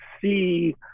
see